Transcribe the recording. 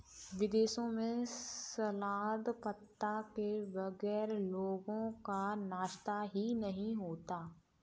विदेशों में सलाद पत्ता के बगैर लोगों का नाश्ता ही नहीं होता